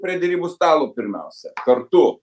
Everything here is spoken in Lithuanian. prie derybų stalo pirmiausia kartu